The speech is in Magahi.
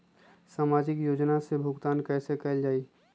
सामाजिक योजना से भुगतान कैसे कयल जाई?